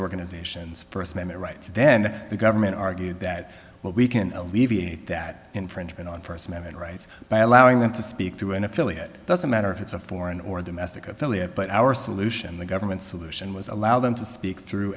organizations first amendment rights then the government argued that well we can alleviate that infringement on first amendment rights by allowing them to speak to an affiliate doesn't matter if it's a foreign or domestic affiliate but our solution the government solution was allow them to speak through